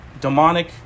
Demonic